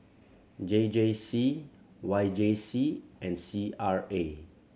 J J C Y J C and C R A